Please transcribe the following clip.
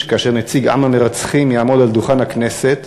כאשר נציג עם המרצחים יעמוד על דוכן הכנסת